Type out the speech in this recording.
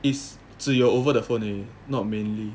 it's 只有 over the phone 而已 not mainly